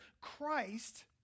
Christ